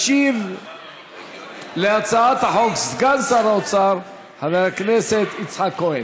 ישיב להצעת החוק סגן שר האוצר חבר הכנסת יצחק כהן.